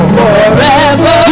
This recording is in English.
forever